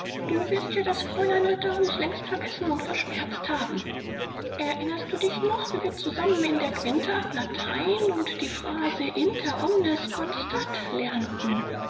du wirst ja das fräulein ritterhus längst vergessen und verschmerzt haben erinnerst du dich noch wie wir zusammen in der quinta latein und die phrase inter omnes constat lernten